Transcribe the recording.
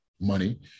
money